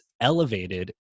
elevated